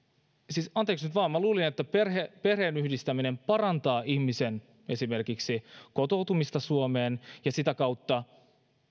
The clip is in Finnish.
siis anteeksi nyt vain minä luulin että perheenyhdistäminen esimerkiksi parantaa ihmisen kotoutumista suomeen ja sitä kautta